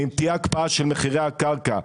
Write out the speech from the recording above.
אם תהיה הקפאה של מחירי הקרקע,